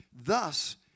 thus